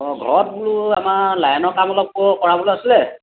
অঁ ঘৰত বোলো আমাৰ লাইনৰ কাম অলপ ক কৰাবলৈ আছিলে